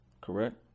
correct